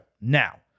Now